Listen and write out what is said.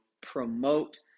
promote